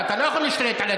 כל הטענות האלה הן לא נכונות.